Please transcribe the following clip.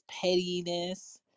pettiness